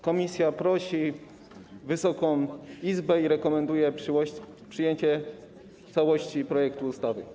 Komisja prosi Wysoką Izbę i rekomenduje przyjęcie całości projektu ustawy.